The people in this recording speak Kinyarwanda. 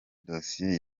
dosiye